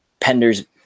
Penders